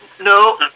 no